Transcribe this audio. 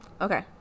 Okay